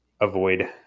avoid